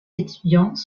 étudiants